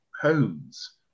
homes